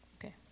Okay